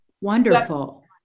wonderful